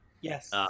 Yes